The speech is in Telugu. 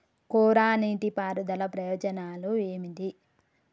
కోరా నీటి పారుదల ప్రయోజనాలు ఏమిటి?